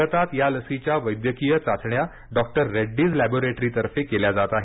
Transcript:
भारतात या लसीच्या वैद्यकीय चाचण्या डॉक्टर रेड्डीज लॅबोरेटरीतर्फे केल्या जात आहेत